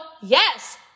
yes